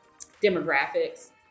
demographics